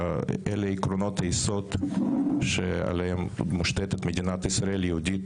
אלה עקרונות היסוד עליהם מושתתת מדינת ישראל יהודית